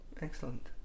excellent